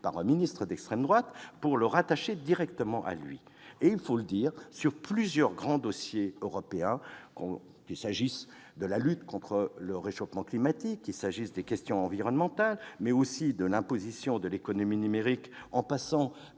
par un ministre d'extrême droite, pour les rattacher directement à lui. Et- il faut le dire -, sur plusieurs grands dossiers européens, qu'il s'agisse de la lutte contre le réchauffement climatique, des questions environnementales, de l'imposition de l'économie numérique ou de la